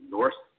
Norse